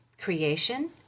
creation